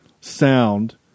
sound